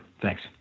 Thanks